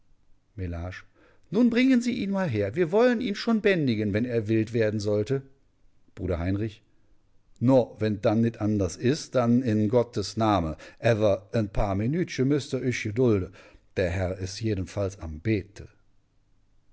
mellage nun bringen sie ihn einmal her wir wollen ihn schon bändigen wenn er wild werden sollte bruder heinrich no wennt dann nit anders is dann in gottes name äwwer en paar minütche mößt ihr uech gedolde dä häer es jedenfalls am bete